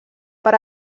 per